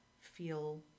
feel